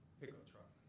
pickup truck.